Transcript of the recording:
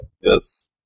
Yes